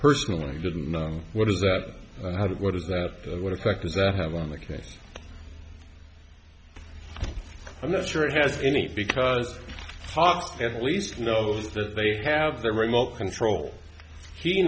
personally didn't know what does that what does that what effect does that have on the case i'm not sure it has any because talk at least knows that they have their remote control he